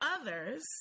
others